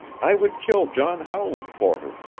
i would kill john howland for her.